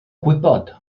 gwybod